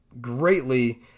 greatly